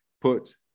put